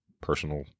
personal